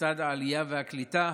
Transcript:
משרד העלייה והקליטה,